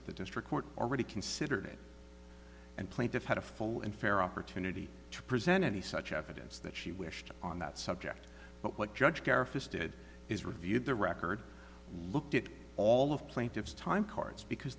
at the district court already considered and plaintiff had a full and fair opportunity to present any such evidence that she wished on that subject but what judge karen fisted is reviewed the record looked at all of plaintiff's time cards because